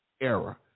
era